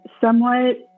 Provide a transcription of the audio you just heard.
somewhat